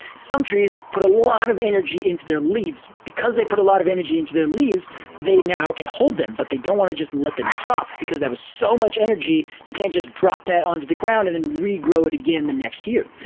some trees put a lot of energy into their leaves. because they put a lot of energy into their leaves they now can hold them, but they don't wanna just let them drop, because that was so much energy! you just can't drop that onto the ground and then regrow it again the next year.